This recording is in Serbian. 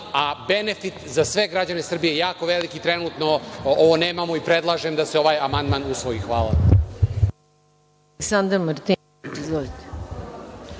a benefit za sve građana Srbije je jako veliki i trenutno ovo nemamo i predlažem da se ovaj amandman usvoji. Hvala.